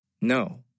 No